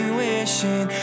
wishing